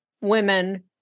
women